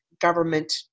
government